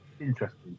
interesting